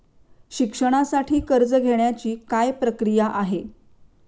शिक्षणासाठी कर्ज घेण्याची काय प्रक्रिया आहे?